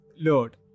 load